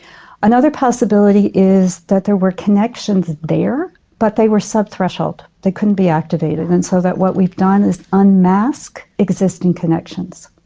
another possibility is that there were connections there but they were sub-threshold, they couldn't be activated, and so that what we've done is unmask existing connections.